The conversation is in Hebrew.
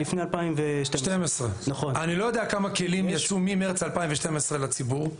לפני 2012. אני לא יודע כמה כלים יצאו ממרץ 2012 לציבור.